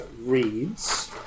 reads